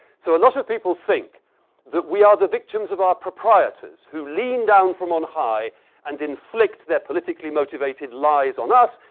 so, a lot of people think that we are the victims of our proprietors, who lean down from on high and inflict their politically motivated lies on us.